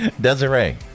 Desiree